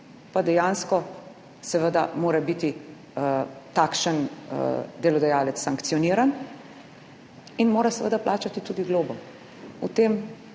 dejansko mora biti takšen delodajalec sankcioniran in mora seveda plačati tudi globo,